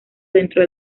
dentro